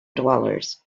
dwellers